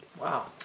Wow